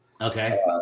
Okay